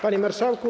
Panie Marszałku!